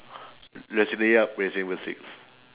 resident yup resident evil six